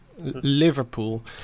Liverpool